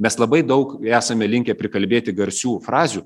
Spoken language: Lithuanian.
mes labai daug esame linkę prikalbėti garsių frazių